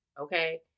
Okay